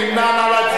מי נמנע?